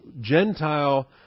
Gentile